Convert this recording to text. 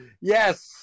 yes